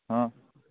हाँ